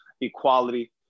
equality